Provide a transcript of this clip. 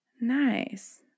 Nice